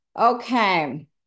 Okay